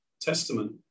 testament